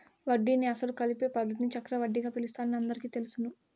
వడ్డీని అసలు కలిపే పద్ధతిని చక్రవడ్డీగా పిలుస్తారని అందరికీ తెలుసును